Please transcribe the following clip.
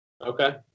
Okay